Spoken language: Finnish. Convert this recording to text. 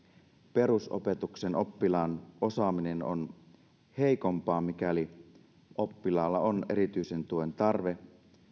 perusopetuksen oppilaan osaaminen on heikompaa mikäli oppilaalla on erityisen tuen tarve